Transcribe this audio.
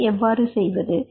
இதை எவ்வாறு செய்வது